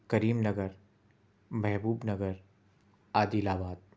کریم Nagar Mahbubnagar عادل آباد